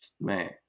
Man